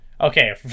Okay